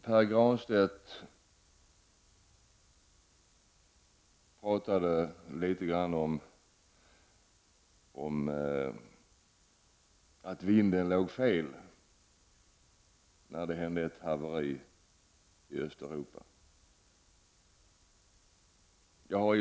Pär Granstedt sade att vinden låg fel när haveriet i Östeuropa inträffade.